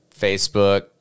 Facebook